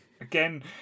again